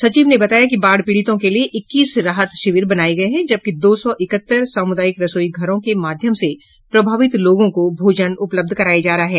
सचिव ने बताया कि बाढ़ पीड़ितों के लिए इक्कीस राहत शिविर बनाये गये हैं जबकि दो सौ इकहत्तर सामुदायिक रसोई घरों के माध्यम से प्रभावित लोगों को भोजन उपलब्ध कराया जा रहा है